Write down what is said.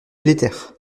l’éther